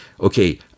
okay